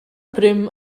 prüm